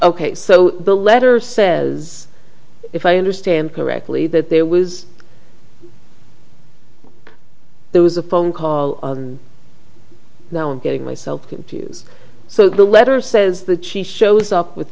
ok so the letter says if i understand correctly that there was there was a phone call now i'm getting myself to use so the letter says the chief shows up with